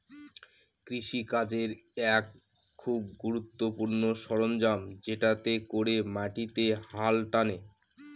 কৃষি কাজের এক খুব গুরুত্বপূর্ণ সরঞ্জাম যেটাতে করে মাটিতে হাল টানে